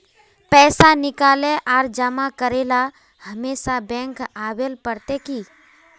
पैसा निकाले आर जमा करेला हमेशा बैंक आबेल पड़ते की?